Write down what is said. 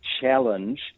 challenge